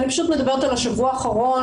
אני פשוט מדברת על השבוע האחרון,